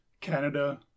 canada